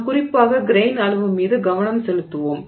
நாம் குறிப்பாக கிரெய்ன் அளவு மீது கவனம் செலுத்துவோம்